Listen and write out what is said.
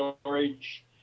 storage